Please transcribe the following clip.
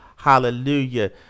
Hallelujah